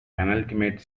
penultimate